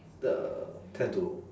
the tend to